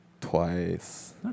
twice